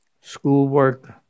schoolwork